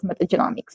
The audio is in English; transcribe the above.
metagenomics